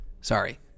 Sorry